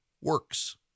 works